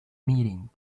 meeting